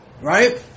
Right